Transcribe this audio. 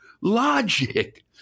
logic